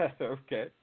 Okay